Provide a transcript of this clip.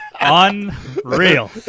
unreal